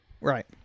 Right